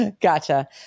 Gotcha